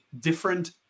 different